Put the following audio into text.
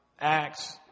Acts